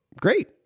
great